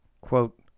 Quote